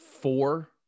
Four